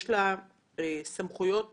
יש סמכויות